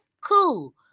Cool